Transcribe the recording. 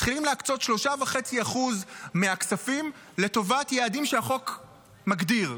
מתחילים להקצות 3.5% מהכספים לטובת יעדים שהחוק מגדיר.